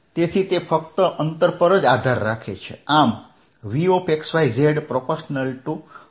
તેથી તે ફક્ત અંતર પર જ આધાર રાખે છે